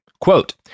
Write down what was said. Quote